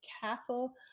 Castle